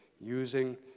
using